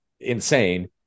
insane